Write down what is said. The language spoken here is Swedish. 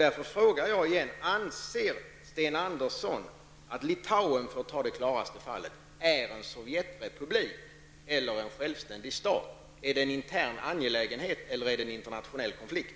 Därför frågar jag igen: Anser Sten Andersson att Litauen -- för att ta det klaraste fallet -- är en Sovjetrepublik eller en självständig stat? Är detta en intern angelägenhet eller är det en internationell konflikt?